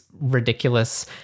ridiculous